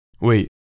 Wait